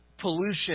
Pollution